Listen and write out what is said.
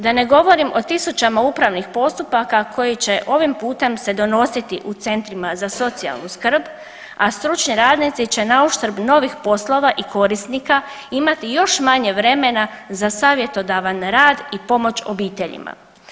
Da ne govorim o tisućama upravnih postupaka koji će ovim putem se donositi u centrima za socijalnu skrb a stručni radnici će nauštrb novih poslova i korisnika imati još manje vremena za savjetodavan rad i pomoć obiteljima.